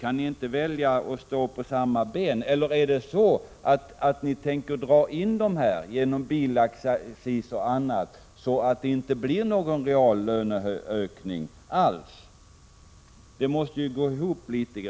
Kan ni inte välja att stå på samma ben, eller är det så att ni tänker dra in dessa höjningar genom bilacciser och annat så att det inte blir några reallöneökningar? Det måste ju gå ihop.